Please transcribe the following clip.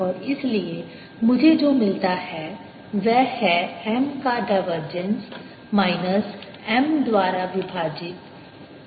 और इसलिए मुझे जो मिलता है वह है M का डायवर्जेंस माइनस M द्वारा विभाजित l के बराबर है